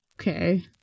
Okay